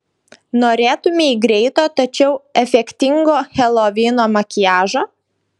norėtumei greito tačiau efektingo helovino makiažo